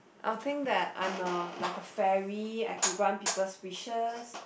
I will think that I am a like a fairy I can grant people wishes